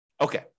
Okay